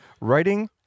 Writing